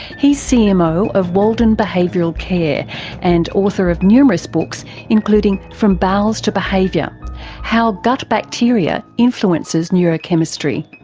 he's cmo of walden behavioural care and author of numerous books including from bowels to behaviour how gut bacteria influences neurochemistry.